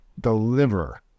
deliver